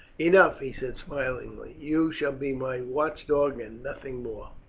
enough, he said smiling, you shall be my watchdog and nothing more.